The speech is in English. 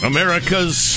America's